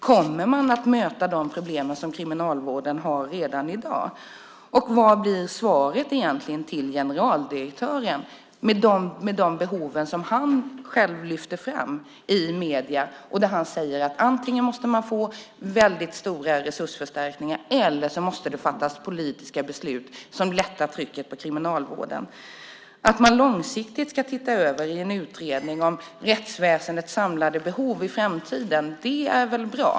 Kommer man att möta de problem som Kriminalvården har redan i dag? Och vad blir egentligen svaret till generaldirektören med de behov som han själv lyfte fram i medierna? Han säger att antingen måste man få stora resursförstärkningar eller så måste det fattas politiska beslut som lättar trycket på kriminalvården. Det är bra att man långsiktigt i en utredning ska titta över rättsväsendets samlade behov i framtiden.